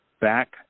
back